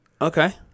Okay